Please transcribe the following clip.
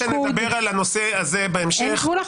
אמרנו שנדבר על הנושא הזה בהמשך.